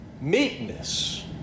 Meekness